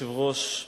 היושב-ראש,